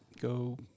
go